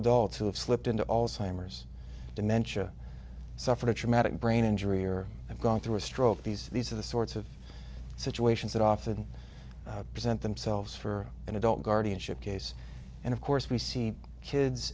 adults who have slipped into all simers dementia suffered a traumatic brain injury or have gone through a stroke these these are the sorts of situations that often present themselves for an adult guardianship case and of course we see kids